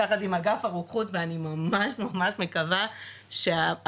יחד עם אגף הרוקחות ואני ממש ממש מקווה שהמערך